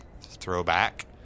Throwback